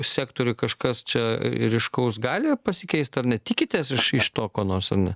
sektoriuj kažkas čia ryškaus gali pasikeist ar ne tikitės iš iš to ko nors ar ne